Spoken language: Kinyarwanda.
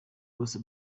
bose